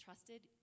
Trusted